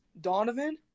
Donovan